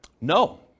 No